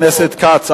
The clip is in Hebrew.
חבר הכנסת כץ,